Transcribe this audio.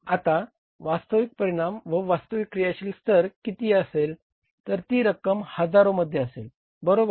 आता वास्तविक परिणाम व वास्तविक क्रियाशील स्तर किती असेल तर ती रक्कम हजारो मध्ये असेल बरोबर